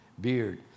beard